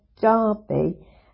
Darby